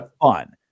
Fun